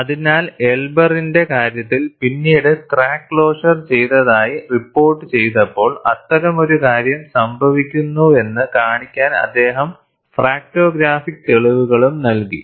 അതിനാൽ എൽബറിന്റെ കാര്യത്തിൽ പിന്നീട് ക്രാക്ക് ക്ലോഷർ ചെയ്ത തായി റിപ്പോർട്ട് ചെയ്തപ്പോൾ അത്തരമൊരു കാര്യം സംഭവിക്കുന്നുവെന്ന് കാണിക്കാൻ അദ്ദേഹം ഫ്രാക്റ്റോഗ്രാഫിക് തെളിവുകളും നൽകി